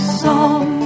song